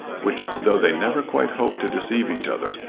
which, though they never quite hope to deceive each other,